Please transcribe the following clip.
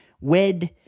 wed